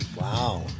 Wow